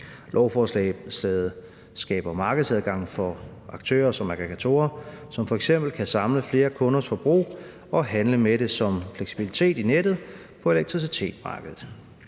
Lovforslaget skaber markedsadgang for aktører som aggregatorer, som f.eks. kan samle flere kunders forbrug og handle med det som fleksibilitet i nettet på elektricitetsmarkedet.